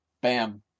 bam